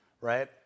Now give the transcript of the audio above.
right